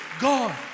God